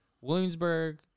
Williamsburg